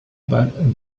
about